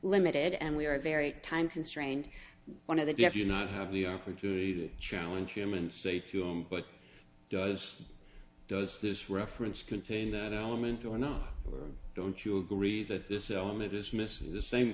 limited and we are very time constrained one of that you have you not have the opportunity to challenge him and say to him but does does this reference contain that element or not or don't you agree that this element is missing the same